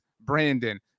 Brandon